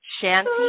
Shanty